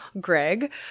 Greg